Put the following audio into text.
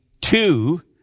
two